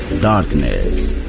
Darkness